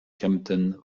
kempten